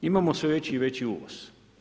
Imamo sve veći i veći uvoz.